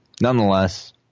Nonetheless